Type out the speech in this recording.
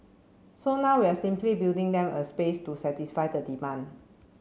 so now we're simply building them a space to satisfy the demand